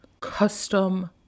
custom